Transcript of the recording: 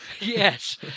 Yes